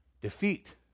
defeat